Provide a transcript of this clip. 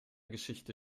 geschichte